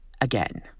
again